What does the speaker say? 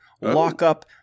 Lockup